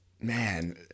Man